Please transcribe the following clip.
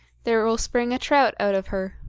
there will spring a trout out of her,